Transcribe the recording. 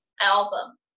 album